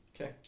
Okay